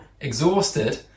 exhausted